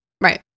right